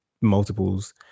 multiples